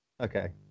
Okay